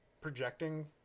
projecting